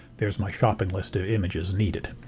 there's my shopping list of images needed.